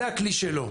זה הכלי שלו.